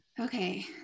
Okay